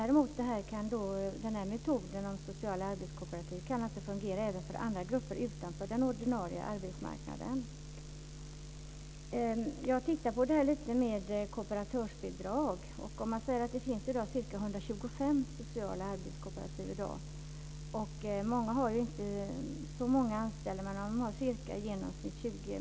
Den här metoden med sociala arbetskooperativ kan alltså fungera för andra grupper utanför den ordinarie arbetsmarknaden. Jag har tittat lite på detta med kooperatörsbidrag. I dag finns det ca 125 sociala arbetskooperativ. Många har inte så många anställda. I genomsnitt har de ca 20 medarbetare.